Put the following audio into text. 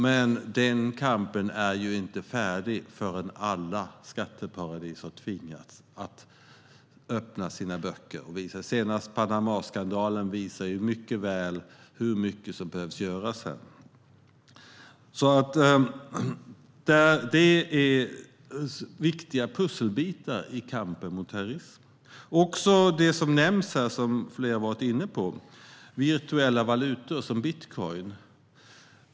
Men den kampen är inte färdig förrän alla skatteparadis har tvingats att öppna sina böcker. Panamaskandalen visar mycket väl hur mycket som behöver göras här. Det är viktiga pusselbitar i kampen mot terrorism. Det handlar också om det som flera har varit inne på, nämligen virtuella valutor som bitcoin.